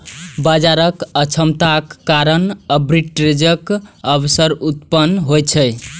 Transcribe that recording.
बाजारक अक्षमताक कारण आर्बिट्रेजक अवसर उत्पन्न होइ छै